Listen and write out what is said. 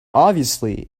obviously